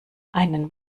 einen